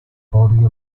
body